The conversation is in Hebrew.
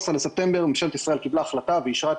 ב-13 בספטמבר ממשלת ישראל קיבלה החלטה ואישרה את